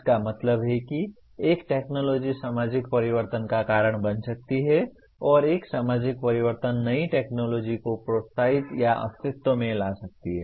इसका मतलब है कि एक टेक्नॉलजी सामाजिक परिवर्तन का कारण बन सकती है और एक सामाजिक परिवर्तन नई टेक्नॉलजी को प्रोत्साहित या अस्तित्व में ला सकता है